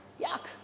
Yuck